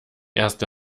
erste